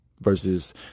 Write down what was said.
versus